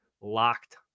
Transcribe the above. locked